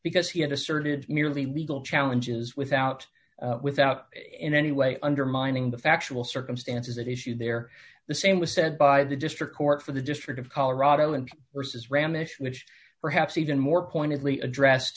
because he had asserted merely legal challenges without without in any way undermining the factual circumstances that issue there the same was said by the district court for the district of colorado and versus ramish which perhaps even more pointedly addressed